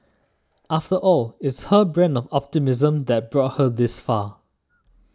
after all it's her brand of optimism that brought her this far